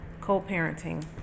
co-parenting